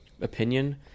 opinion